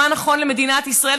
מה נכון למדינת ישראל,